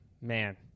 man